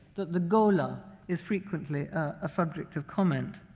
the gola is frequently a subject of comment.